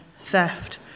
theft